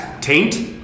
Taint